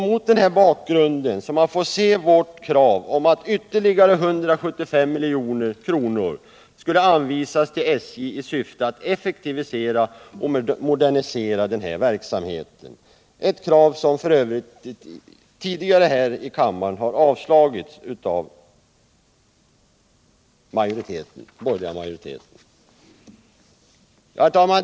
Mot den bakgrunden får man se vårt krav på att ytterligare 175 milj.kr. anvisas till SJ i syfte att effektivisera och modernisera verksamheten, ett krav som tidigare har avslagits här i kammaren av den borgerliga majoriteten.